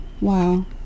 Wow